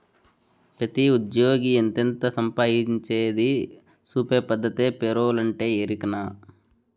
పెతీ ఉజ్జ్యోగి ఎంతెంత సంపాయించేది సూపే పద్దతే పేరోలంటే, ఎరికనా